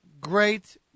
Great